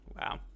Wow